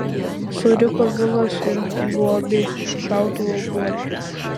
suriko vilas ir liuobė šautuvo buože